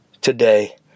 today